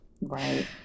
Right